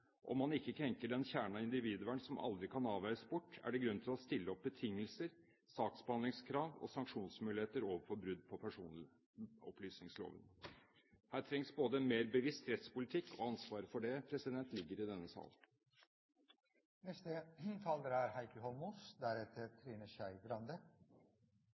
om man ikke krenker den kjerne av individvern som aldri kan avveies bort, er det grunn til å stille opp betingelser, saksbehandlingskrav og sanksjonsmuligheter overfor brudd på personopplysningsloven. Her trengs en mer bevisst rettspolitikk, og ansvaret for det ligger i denne